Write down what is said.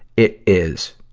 it is,